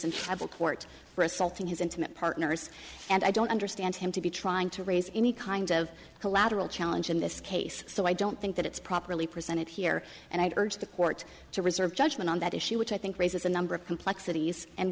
assaulting his intimate partners and i don't understand him to be trying to raise any kind of collateral challenge in this case so i don't think that it's properly presented here and i urge the court to reserve judgment on that issue which i think raises a number of complexities and